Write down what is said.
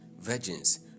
virgins